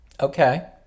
Okay